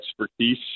expertise